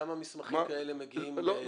כמה מסמכים כאלה מגיעים בחודש?